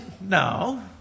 No